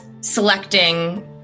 selecting